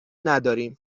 نداریم